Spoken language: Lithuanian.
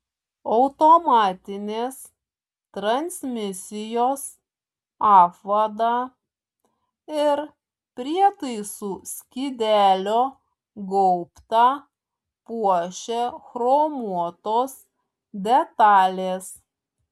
automatinės transmisijos apvadą ir prietaisų skydelio gaubtą puošia chromuotos detalės